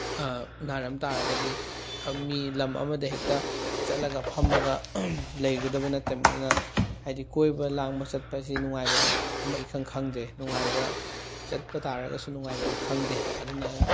ꯅꯥꯔꯝ ꯇꯥꯔꯒꯗꯤ ꯃꯤ ꯂꯝ ꯑꯃꯗ ꯍꯦꯛꯇ ꯆꯠꯂꯒ ꯐꯝꯃꯒ ꯂꯩꯒꯗꯕ ꯅꯠꯇꯝꯅꯤꯅ ꯍꯥꯏꯗꯤ ꯀꯣꯏꯕ ꯂꯥꯡꯕ ꯆꯠꯄꯁꯤ ꯅꯨꯡꯉꯥꯏꯕ ꯑꯃ ꯏꯈꯪ ꯈꯪꯗ꯭ꯔꯦ ꯅꯨꯡꯉꯥꯏꯕ ꯆꯠꯄ ꯇꯥꯔꯒꯁꯨ ꯅꯨꯉꯥꯏꯐꯝ ꯈꯪꯗꯦ ꯑꯗꯨꯅ